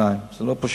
דבר נוסף, זה לא פשוט,